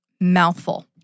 Mouthful